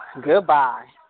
Goodbye